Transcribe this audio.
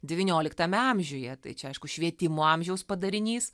devynioliktame amžiuje tai čia aišku švietimo amžiaus padarinys